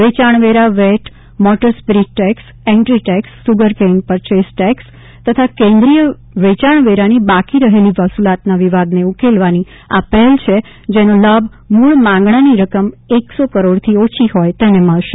વેચાજાવેરા VAT motor spirit tax entry tax sugarcane purchase tax તથા કેન્દ્રિય વેચાજાવેરાની બાકી રહેલી વસુલાતના વિવાદને ઉકેલવાની આ પહેલ છે જેનો લાભ મૂળ માંગણાની રકમ એકસો કરોડથી ઓછી હોય તેને મળશે